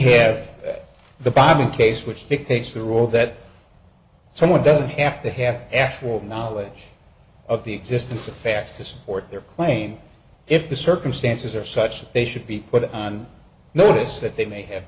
have the bobbin case which dictates the rule that someone doesn't have to have actual knowledge of the existence of facts to support their claim if the circumstances are such that they should be put on notice that they may have